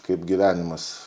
kaip gyvenimas